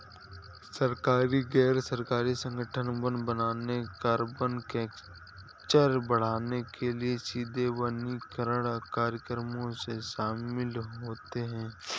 सरकारी, गैर सरकारी संगठन वन बनाने, कार्बन कैप्चर बढ़ाने के लिए सीधे वनीकरण कार्यक्रमों में शामिल होते हैं